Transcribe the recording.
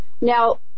Now